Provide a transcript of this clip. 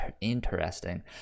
Interesting